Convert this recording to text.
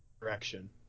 Direction